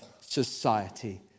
society